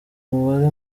mubare